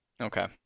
okay